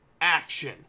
action